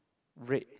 red